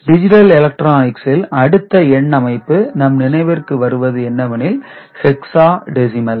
digital எலக்ட்ரானிக்ஸில் அடுத்த எண் அமைப்பு நம் நினைவிற்கு வருவது என்னவெனில் ஹெக்சாடெசிமல்